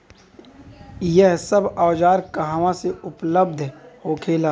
यह सब औजार कहवा से उपलब्ध होखेला?